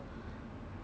or some